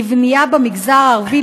לבנייה במגזר הערבי,